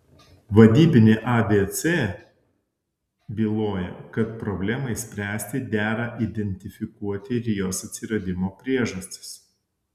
vadybinė abc byloja kad problemai spręsti dera identifikuoti ir jos atsiradimo priežastis